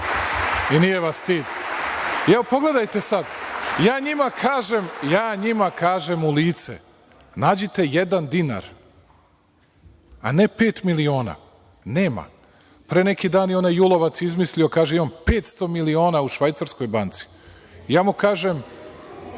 I nije vas stid? Evo, pogledajte sad, ja njima kažem u lice – nađite jedan dinar, a ne pet miliona. Nema. Pre neki dan je onaj julovac izmislio, kaže – imam 500 miliona u švajcarskoj banci. Ja mu kažem…(Boško